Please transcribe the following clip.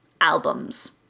albums